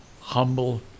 humble